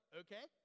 okay